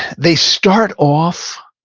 they start off